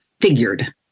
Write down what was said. figured